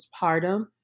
postpartum